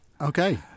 Okay